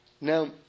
Now